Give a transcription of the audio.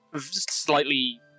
slightly